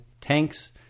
tanks